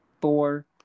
four